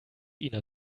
ina